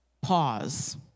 pause